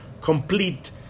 complete